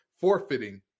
forfeiting